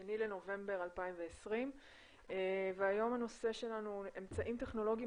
ה-2 לנובמבר 2020. היום הנושא שלנו הוא אמצעים טכנולוגיים